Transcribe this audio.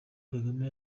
kagame